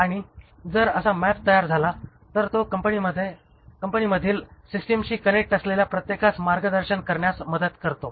आणि जर असा मॅप तयार झाला तर तो कंपनीमधील सिस्टमशी कनेक्ट असलेल्या प्रत्येकास मार्गदर्शन करण्यास मदत करतो